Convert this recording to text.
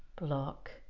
Block